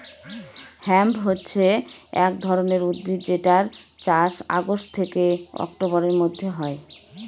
hemp হছে এক ধরনের উদ্ভিদ যেটার চাষ অগাস্ট থেকে অক্টোবরের মধ্যে হয়